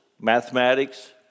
mathematics